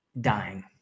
Dying